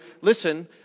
Listen